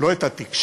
לא את התקשורת,